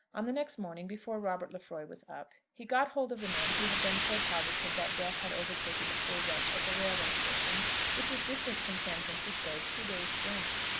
on the next morning, before robert lefroy was up, he got hold of the man who had been so positive that death had overtaken the poor wretch at the railway station which is distant from san francisco two days' journey.